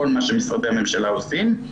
ה-360,